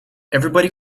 everybody